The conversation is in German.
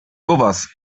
sowas